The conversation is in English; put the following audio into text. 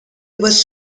was